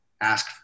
ask